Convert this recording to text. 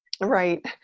Right